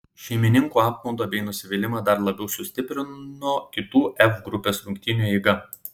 šeimininkų apmaudą bei nusivylimą dar labiau sustiprino kitų f grupės rungtynių eiga